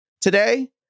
today